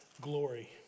glory